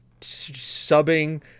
subbing